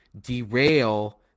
derail